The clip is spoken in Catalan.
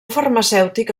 farmacèutic